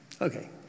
Okay